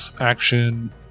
Action